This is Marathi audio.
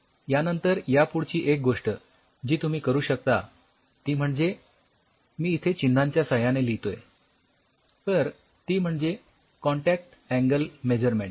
यानंतर यापुढची एक गोष्ट जी तुम्ही करू शकता ती म्हणजे मी इथे चिन्हांच्या साह्याने लिहितोय तर ती म्हणजे कॉन्टॅक्ट अँगल मेझरमेन्ट